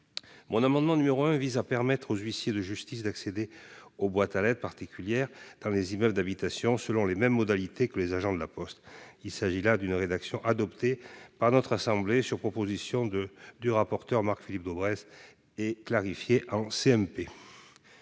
L'amendement n° 1 vise à permettre aux huissiers de justice d'accéder aux boîtes aux lettres particulières dans les immeubles d'habitation selon les mêmes modalités que les agents de La Poste. Il reprend la rédaction adoptée par notre assemblée sur proposition du rapporteur Marc-Philippe Daubresse et clarifiée en